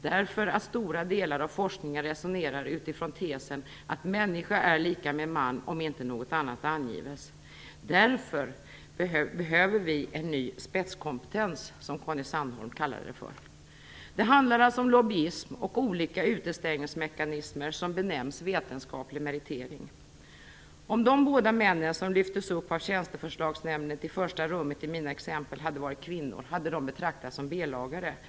Därför att stora delar av forskningen resonerar utifrån tesen att människa är lika med man om inte något annat angives. Därför behöver vi en ny spetskompetens, som Conny Sandholm kallade det för. Det handlar alltså om lobbyism och olika utestängningsmekanismer som benämns vetenskaplig meritering. Om de båda männen som lyftes upp av Tjänsteförslagsnämnden till första rummet i mina exempel hade varit kvinnor hade de betraktats som B-lagare.